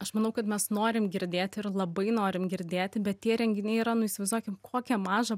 aš manau kad mes norim girdėti ir labai norim girdėti bet tie renginiai yra nu įsivaizduokim kokią mažą